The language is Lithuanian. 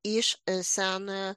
iš senojo